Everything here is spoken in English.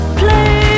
play